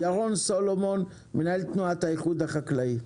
ירון סולומון מנהל תנועת האיחוד החקלאי.